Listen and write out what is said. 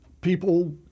People